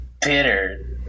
bitter